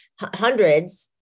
hundreds